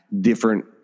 different